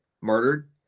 murdered